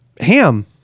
ham